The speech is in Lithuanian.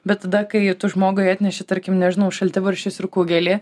bet tada kai tu žmogui atneši tarkim nežinau šaltibarščius ir kugelį